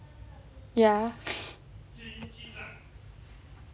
ya